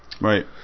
right